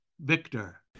Victor